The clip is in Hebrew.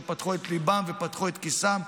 שפתחו את ליבם ופתחו את כיסם,